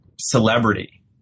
celebrity